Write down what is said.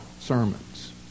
sermons